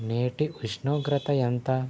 నేటి ఉష్ణోగ్రత ఎంత